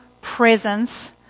presence